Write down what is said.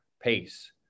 pace